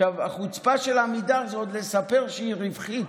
החוצפה של עמידר זה עוד לספר שהיא רווחית.